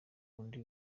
undi